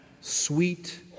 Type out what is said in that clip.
sweet